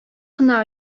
кына